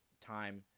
time